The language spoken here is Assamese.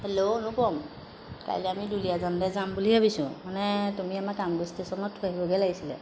হেল্ল' অনুপ্ৰম কাইলৈ আমি দুলীয়াজানলৈ যাম বুলি ভাবিছোঁ মানে তুমি আমাক কামগুচ ষ্টেচনত থৈ আহিবগৈ লাগিছিলে